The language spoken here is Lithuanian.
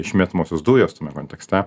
išmetamosios dujos tame kontekste